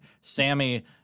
Sammy